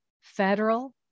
federal